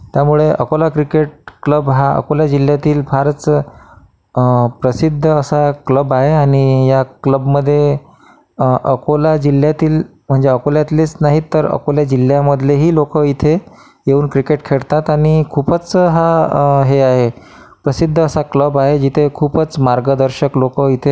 त्यामुळे Akola cricket club हा अकोला जिल्ह्यातील फारच प्रसिद्ध असा क्लब आहे आणि या क्लबमध्ये अकोला जिल्ह्यातील म्हणजे अकोल्यातलेच नाहीत तर अकोल्या जिल्ह्यामधलेही लोकं इथे येऊन क्रिकेट खेळतात आणि खूपच हा हे आहे प्रसिद्ध असा क्लब आहे जिथे खूपच मार्गदर्शक लोकं इथे